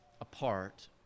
apart